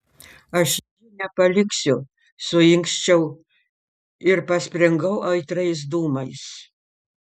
aš jų nepaliksiu suinkščiau ir paspringau aitriais dūmais